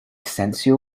sensual